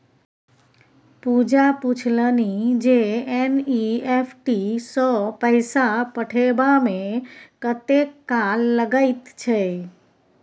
पूजा पूछलनि जे एन.ई.एफ.टी सँ पैसा पठेबामे कतेक काल लगैत छै